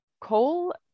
coal